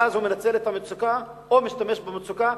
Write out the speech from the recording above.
ואז הוא מנצל את המצוקה או משתמש במצוקה.